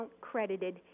credited